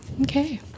Okay